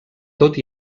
tot